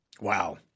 Wow